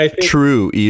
True